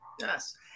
Yes